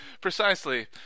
Precisely